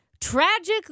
tragic